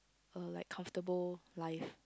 uh like comfortable life